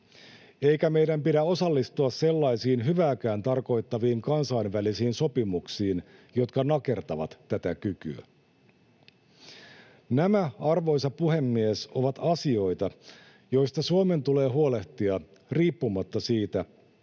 eikä meidän pidä osallistua sellaisiin hyvääkään tarkoittaviin kansainvälisiin sopimuksiin, jotka nakertavat tätä kykyä. Nämä, arvoisa puhemies, ovat asioita, joista Suomen tulee huolehtia riippumatta siitä,